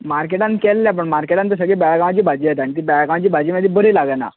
मार्केटान गेल्ले पण मार्केटान सगळी बेळगांवची भाजी येता आनी ती बेळगांवची भाजी बरी लागना